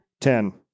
ten